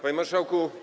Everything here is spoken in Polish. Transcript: Panie Marszałku!